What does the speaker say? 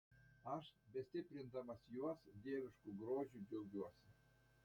aš bestiprindamas juos dievišku grožiu džiaugiuosi